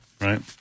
Right